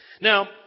Now